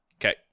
Okay